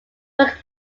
work